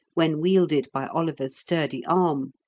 when wielded by oliver's sturdy arm.